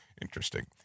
Interesting